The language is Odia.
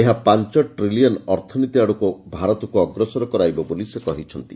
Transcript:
ଏହା ପାଞ ଟ୍ରିଲିୟମ ଅର୍ଥନୀତି ଆଡକୁ ଭାରତକୁ ଅଗ୍ରସର କରାଇବ ବୋଲି ସେ କହିଚ୍ଚନ୍ତି